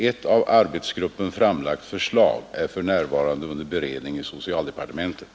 Ett av arbetsgruppen framlagt förslag är för närvarande under beredning i socialdepartementet.